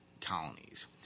colonies